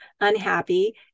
unhappy